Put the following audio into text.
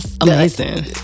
Amazing